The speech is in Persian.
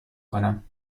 کنم